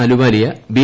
Ahluwalia B